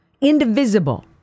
indivisible